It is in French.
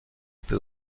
peut